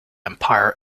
empire